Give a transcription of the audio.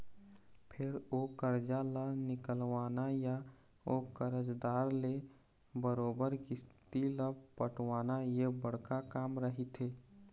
फेर ओ करजा ल निकलवाना या ओ करजादार ले बरोबर किस्ती ल पटवाना ये बड़का काम रहिथे